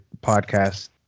podcast